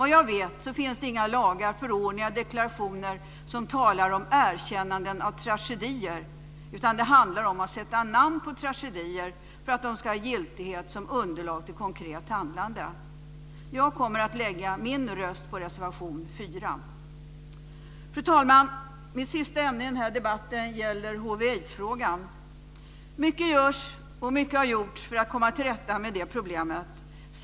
Vad jag vet finns inga lagar, förordningar eller deklarationer som talar om erkännanden av tragedier, utan det handlar om att sätta namn på tragedier för att de ska ha giltighet som underlag för konkret handlande. Jag kommer att lägga min röst på reservation 4. Fru talman! Mitt sista ämne i debatten är hiv/aids. Mycket har gjorts och görs för att komma till rätta med problemet.